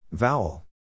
Vowel